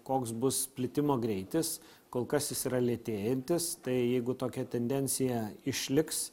koks bus plitimo greitis kol kas jis yra lėtėjantis tai jeigu tokia tendencija išliks